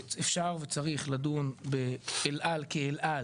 אפשר וצריך לדון באל על כאל על,